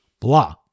blah